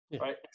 right